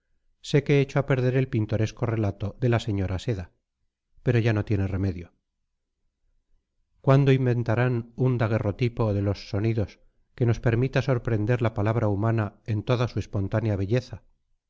sé que echo a perder el pintoresco relato de la señora seda pero ya no tiene remedio cuándo inventarán un daguerrotipo de los sonidos que nos permita sorprender la palabra humana en toda su espontánea belleza